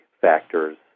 factors